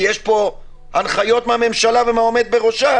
יש הנחיות מהממשלה ומהעומד בראשה